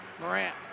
Morant